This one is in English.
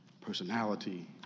personality